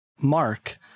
Mark